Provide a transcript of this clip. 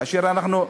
כאשר אנחנו,